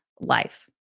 life